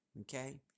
Okay